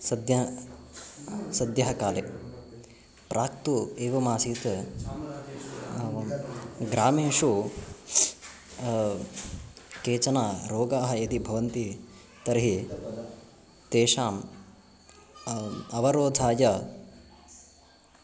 सद्यः सद्यः काले प्राक्तु एवमासीत् ग्रामेषु केचन रोगाः यदि भवन्ति तर्हि तेषाम् अव् अवरोधाय